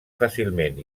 fàcilment